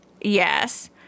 Yes